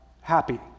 Happy